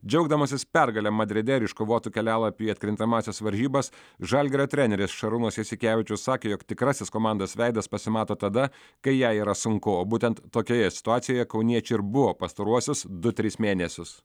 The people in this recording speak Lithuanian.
džiaugdamasis pergale madride ir iškovotu kelialapiu į atkrintamąsias varžybas žalgirio treneris šarūnas jasikevičius sakė jog tikrasis komandos veidas pasimato tada kai jai yra sunku o būtent tokioje situacijoje kauniečiai ir buvo pastaruosius du tris mėnesius